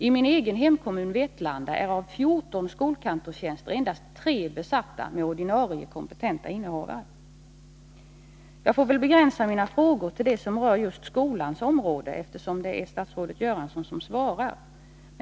I min egen hemkommun Vetlanda är av 14 skolkantorstjänster endast 3 besatta med ordinarie kompetenta innehavare. Jag får väl begränsa mina frågor till det som rör just skolans område, eftersom det är statsrådet Göransson som svarar.